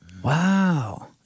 Wow